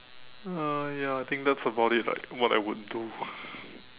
uh ya I think that's about it like what I would do